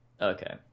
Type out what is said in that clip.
Okay